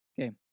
Okay